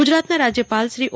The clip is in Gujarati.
ગુજરાતના રાજ્યપાલશ્રી ઓ